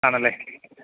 ആണല്ലേ